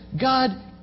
God